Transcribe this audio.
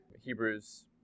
Hebrews